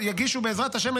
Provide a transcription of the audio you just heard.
בעזרת השם,